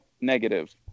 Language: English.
negative